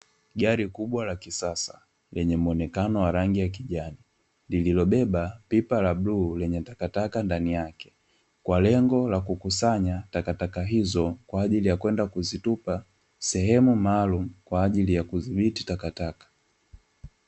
Gari kubwa la kisasa lenye muonekano wa rangi ya kijani, lililobeaba pipa la bluu lenye takataka ndani yake, kwa lengo la kukusanya takataka hizo kwa ajili ya kwenda kuzitupa sehemu maalum kwa ajili ya kudhibiti takataka.